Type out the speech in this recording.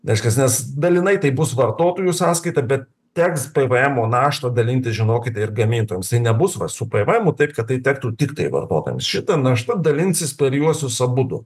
reiškias nes dalinai taip bus vartotojų sąskaita bet teks pvemo naštą dalintis žinokite ir gamintojams tai nebus va su pvemu taip kad tai tektų tiktai vartotojams šita našta dalinsis per juosius abudu